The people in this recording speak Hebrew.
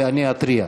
ואני אתריע.